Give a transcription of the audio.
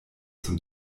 zum